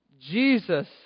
Jesus